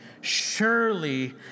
Surely